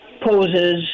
poses